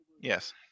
Yes